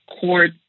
court